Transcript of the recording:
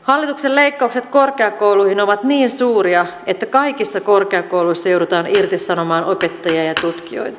hallituksen leikkaukset korkeakouluihin ovat niin suuria että kaikissa korkeakouluissa joudutaan irtisanomaan opettajia ja tutkijoita